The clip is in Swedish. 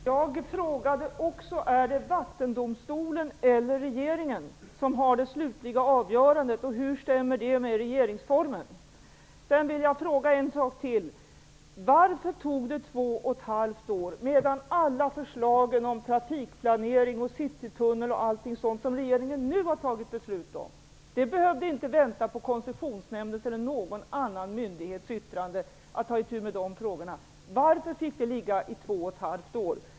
Fru talman! Jag frågade också: Är det Vattendomstolen eller regeringen som har det slutliga avgörandet? Hur överensstämmer det med regeringsformen? Citytunneln osv. som regeringen nu har fattat beslut om? Det var inte nödvändigt att vänta på Koncessionsnämndens eller någon annan myndighets yttrande när det gällde att ta itu med de frågorna. Varför fick detta ligga i 2,5 år?